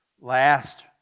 last